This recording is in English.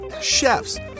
chefs